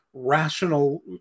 rational